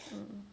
mm